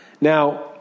Now